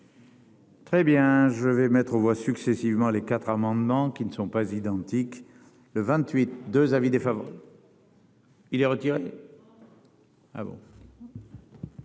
Très bien, je vais mettre aux voix, successivement, les 4 amendements qui ne sont pas identiques, le 28 2 avis défavorables. Il est retiré. Ah bon.